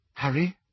Harry